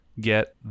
get